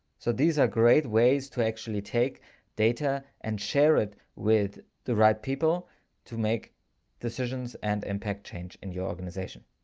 so, these are great ways to actually take data and share it with the right people to make decisions and impact change in your organization.